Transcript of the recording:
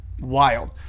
wild